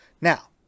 Now